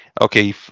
Okay